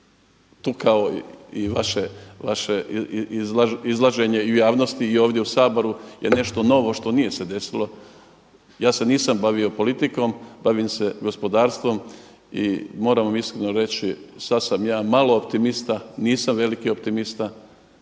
tukao i vaše izlaženje u javnosti i ovdje u Saboru je nešto što nije se desilo. Ja se nisam bavio politikom, bavim se gospodarstvom i moram vam iskreno reći, sada sam ja malo optimista, nisam veliki optimista